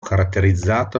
caratterizzata